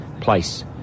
place